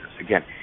Again